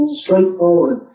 straightforward